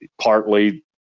partly